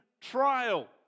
trial